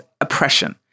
oppression